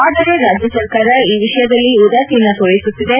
ಆದರೆ ರಾಜ್ಯ ಸರ್ಕಾರ ಈ ವಿಷಯದಲ್ಲಿ ಉದಾಸೀನ ತೋರಿಸುತ್ತಿದೆ